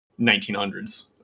1900s